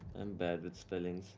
and bad with spellings